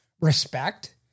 respect